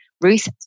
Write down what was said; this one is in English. Ruth